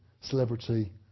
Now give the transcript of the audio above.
celebrity